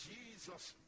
Jesus